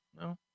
no